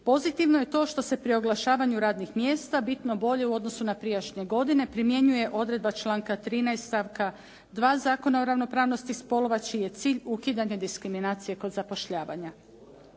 Pozitivno je to što se pri oglašavanju radnih mjesta bitno bolje u odnosu na prijašnje godine primjenjuje odredba članka 13. stavka 2. Zakona o ravnopravnosti spolova čiji je cilj ukidanje diskriminacije kod zapošljavanja.